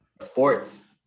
sports